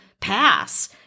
pass